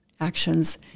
actions